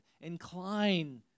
Incline